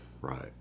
Right